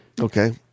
Okay